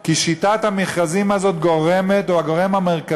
כי שיטת המכרזים הזאת היא הגורם המרכזי